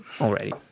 already